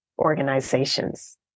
organizations